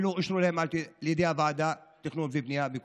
ולא אישרו להם על ידי הוועדה המקומית לתכנון ובנייה.